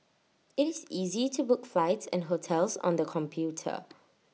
IT is easy to book flights and hotels on the computer